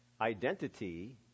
Identity